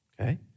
okay